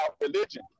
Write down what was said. religion